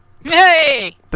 Hey